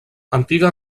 antiga